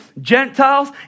Gentiles